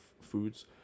foods